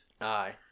Aye